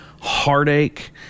heartache